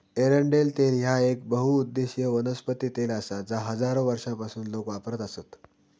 एरंडेल तेल ह्या येक बहुउद्देशीय वनस्पती तेल आसा जा हजारो वर्षांपासून लोक वापरत आसत